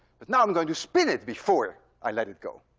but now i'm going to spin it before i let it go.